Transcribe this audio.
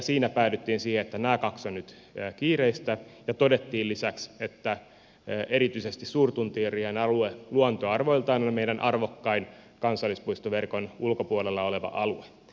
siinä päädyttiin siihen että nämä kaksi ovat nyt kiireisiä ja todettiin lisäksi että erityisesti suurtunturien alue luontoarvoiltaan on meidän arvokkain kansallispuistoverkon ulkopuolella oleva alue